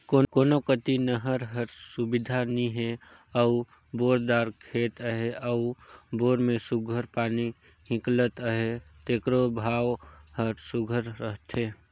कोनो कती नहर कर सुबिधा नी हे अउ बोर दार खेत अहे अउ बोर में सुग्घर पानी हिंकलत अहे तेकरो भाव हर सुघर रहथे